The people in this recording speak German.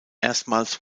erstmals